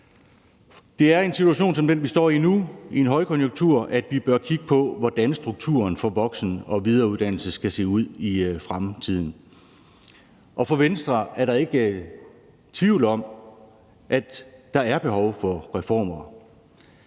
Det er i en situation som den, vi står i nu, i en højkonjunktur, at vi bør kigge på, hvordan strukturen for voksen- og videreuddannelse skal se ud i fremtiden, og for Venstre er der ikke tvivl om, at der er behov for reformer.